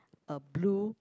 a blue